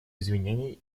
извинения